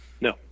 no